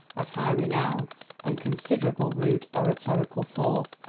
of high renown and considerable rude oratorical force,